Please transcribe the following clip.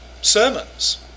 sermons